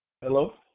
Hello